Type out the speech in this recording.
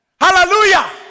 hallelujah